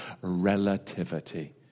relativity